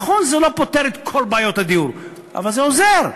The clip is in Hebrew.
נכון, זה לא פותר את כל בעיות הדיור, אבל זה עוזר,